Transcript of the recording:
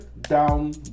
down